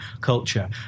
culture